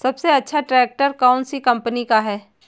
सबसे अच्छा ट्रैक्टर कौन सी कम्पनी का है?